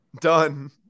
Done